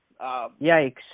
yikes